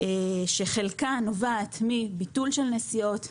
שחלקה נובע מביטול של נסיעות,